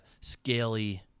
scaly